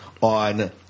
on